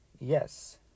yes